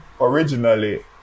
originally